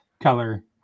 color